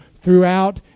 throughout